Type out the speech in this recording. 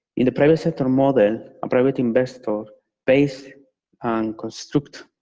in the private-sector model, a private investor pays construct,